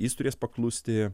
jis turės paklusti